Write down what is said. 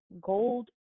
gold